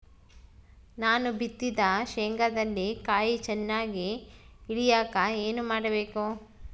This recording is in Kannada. ನಾನು ಬಿತ್ತಿದ ಶೇಂಗಾದಲ್ಲಿ ಕಾಯಿ ಚನ್ನಾಗಿ ಇಳಿಯಕ ಏನು ಮಾಡಬೇಕು?